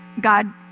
God